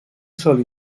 sol